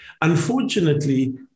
Unfortunately